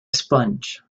sponge